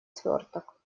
сверток